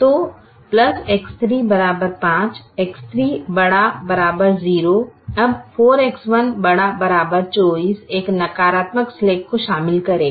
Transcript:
तो X3 5 X3 ≥ 0 अब 4X1 ≥ 24 एक नकारात्मक स्लैक को शामिल करेगा